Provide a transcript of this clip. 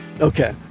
okay